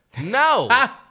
No